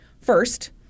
First